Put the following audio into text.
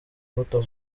muto